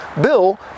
bill